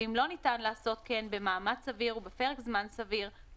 ואם לא ניתן לעשות כן במאמץ סביר ובפרק זמן סביר,